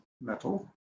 metal